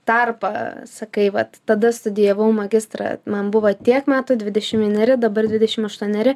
tarpą sakai vat tada studijavau magistrą man buvo tiek metų dvidešim vieneri dabar dvidešim aštuoneri